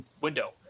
window